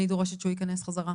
אני דורשת שהוא ייכנס חזרה,